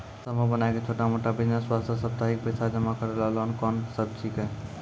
समूह बनाय के छोटा मोटा बिज़नेस वास्ते साप्ताहिक पैसा जमा करे वाला लोन कोंन सब छीके?